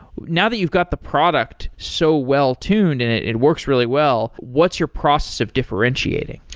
now that you've got the product so well tuned and it it works really well, what's your process of differentiating?